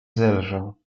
zelżał